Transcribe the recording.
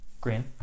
green